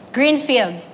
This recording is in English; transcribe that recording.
Greenfield